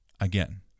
Again